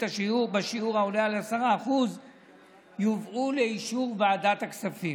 בשיעור העולה על 10% יובא לאישור ועדת הכספים.